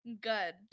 Good